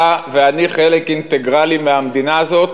אתה ואני חלק אינטגרלי מהמדינה הזאת,